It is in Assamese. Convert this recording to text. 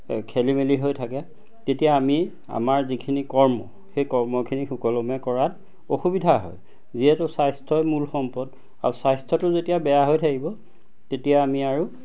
খেলিমেলি হৈ থাকে তেতিয়া আমি আমাৰ যিখিনি কৰ্ম সেই কৰ্মখিনি সুকলমে কৰাত অসুবিধা হয় যিহেতু স্বাস্থ্যই মূল সম্পদ আৰু স্বাস্থ্যটো যেতিয়া বেয়া হৈ থাকিব তেতিয়া আমি আৰু